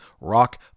rock